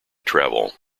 travel